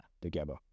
together